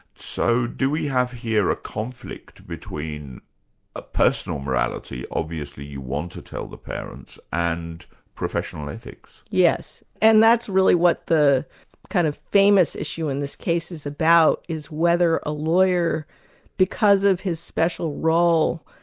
so do we have here a conflict between a personal morality, obviously you want to tell the parents, and professional ethics yes. and that's really what the kind of famous issue in this case is about, is whether a lawyer because of his special role,